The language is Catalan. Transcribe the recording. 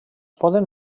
poden